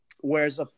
Whereas